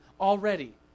already